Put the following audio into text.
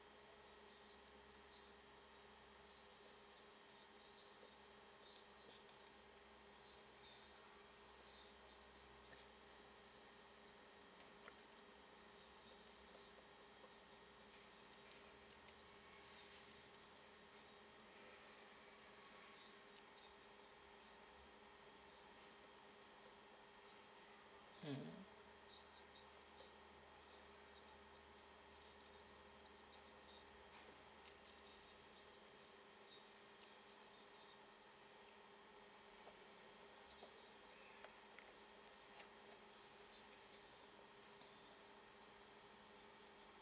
mm